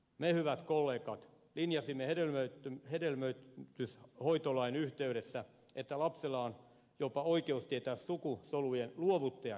me hyvät kollegat linjasimme hedelmöityshoitolain yhteydessä että lapsella on jopa oikeus tietää sukusolujen luovuttajan henkilöllisyys